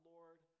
Lord